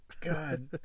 God